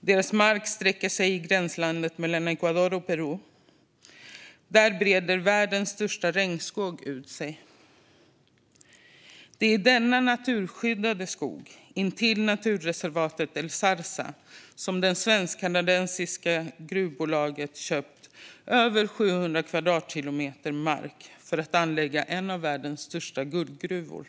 Deras mark sträcker sig över gränslandet mellan Ecuador och Peru där världens största regnskog breder ut sig. Det är i denna naturskyddade skog, intill naturreservatet El Zarza, som det svenskkanadensiska gruvbolaget har köpt över 700 kvadratkilometer mark för att anlägga en av världens största guldgruvor.